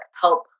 help